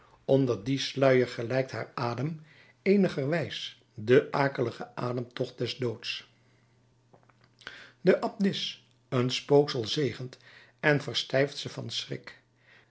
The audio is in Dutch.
onder dien sluier gelijkt haar adem eenigerwijs den akeligen ademtocht des doods de abdis een spooksel zegent en verstijft ze van schrik